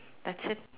that's it